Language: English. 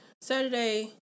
Saturday